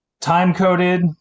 time-coded